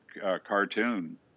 cartoon